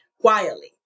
quietly